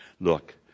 Look